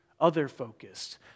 other-focused